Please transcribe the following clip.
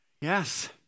Yes